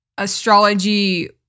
astrology